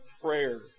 prayer